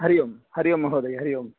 हरि ओम् हरि ओम् महोदय हरि ओम्